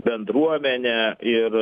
bendruomenė ir